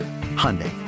Hyundai